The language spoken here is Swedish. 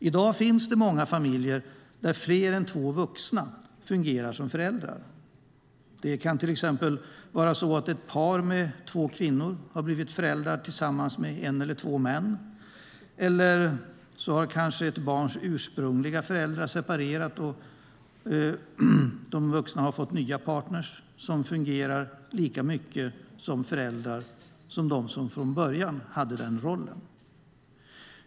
I dag finns det många familjer där fler än två vuxna fungerar som föräldrar. Det kan till exempel vara så att ett par med två kvinnor har blivit föräldrar tillsammans med en eller två män eller också kanske ett barns ursprungliga föräldrar har separerat och fått nya partner som fungerar lika mycket som föräldrar som de som från början hade den rollen.